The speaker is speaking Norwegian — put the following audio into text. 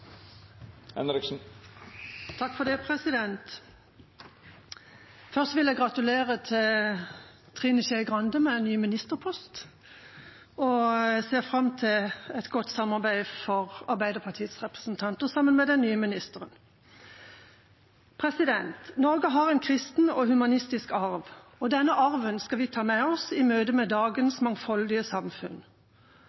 Først vil jeg gratulere Trine Skei Grande med ministerpost. Jeg ser fram til et godt samarbeid mellom Arbeiderpartiets representanter og den nye ministeren. Norge har en kristen og humanistisk arv. Denne arven skal vi ta vi med oss i møte med